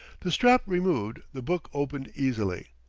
the strap removed, the book opened easily,